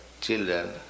children